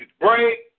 break